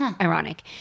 ironic